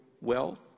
wealth